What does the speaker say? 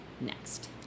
next